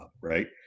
right